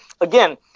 again